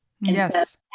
yes